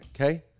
okay